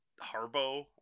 Harbo